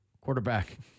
quarterback